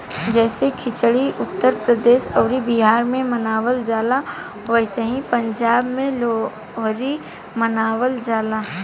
जैसे खिचड़ी उत्तर प्रदेश अउर बिहार मे मनावल जाला ओसही पंजाब मे लोहरी मनावल जाला